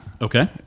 Okay